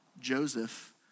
Joseph